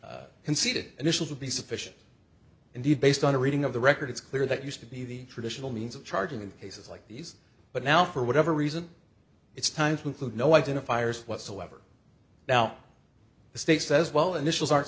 conceded initial would be sufficient indeed based on the reading of the record it's clear that used to be the traditional means of charging in cases like these but now for whatever reason it's time to include no identifiers whatsoever now the state says well initials ar